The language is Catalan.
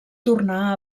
tornà